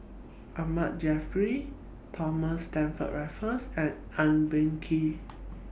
Ahmad Jaafar Thomas Stamford Raffles and Eng Boh Kee